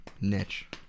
niche